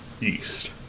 east